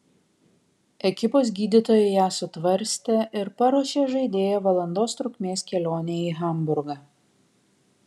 ekipos gydytojai ją sutvarstė ir paruošė žaidėją valandos trukmės kelionei į hamburgą